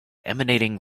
emanating